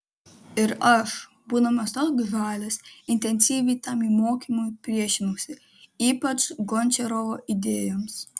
ir aš būdamas toks žalias intensyviai tam jų mokymui priešinausi ypač gončiarovo idėjoms